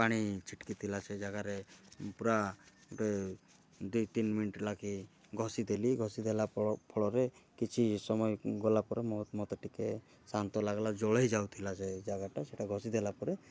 ପାଣି ଛିଟିକି ଥିଲା ସେ ଜାଗାରେ ପୂରା ଗୋଟେ ଦୁଇ ତିନି ମିନିଟ୍ ଲାଗି ଘଷିଦେଲି ଘଷିଦେଲା ଫ ଫଳରେ କିଛି ସମୟ ଗଲାପରେ ମୋ ମୋତେ ଟିକିଏ ଶାନ୍ତ ଲାଗିଲା ଜଳେଇ ଯାଉଥିଲା ଯେ ଜାଗାଟା ସେଟା ଘଷିଦେଲାପରେ